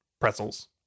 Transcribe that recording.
Pretzels